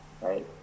right